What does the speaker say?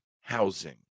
housing